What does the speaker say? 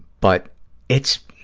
but it's,